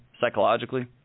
psychologically